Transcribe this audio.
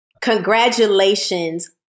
congratulations